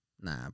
Nah